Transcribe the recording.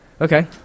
Okay